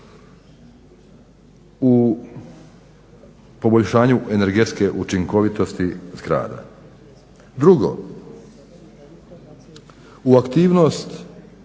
u poboljšanju energetske učinkovitosti zgrada. Drugo. U aktivnost